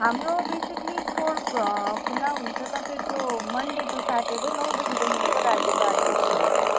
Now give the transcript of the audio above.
हाम्रो basically store खुल्ला हुन्छ तपाईँको मन्डे टु स्याटरडे नौ बजीदेखिको रातिको आठ बजीसम्म छ